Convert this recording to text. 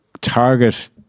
target